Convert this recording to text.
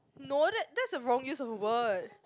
no that that's a wrong use of a word